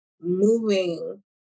moving